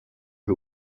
who